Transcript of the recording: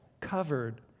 covered